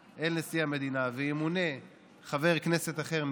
נשיא המדינה וימונה חבר כנסת אחר,